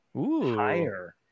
higher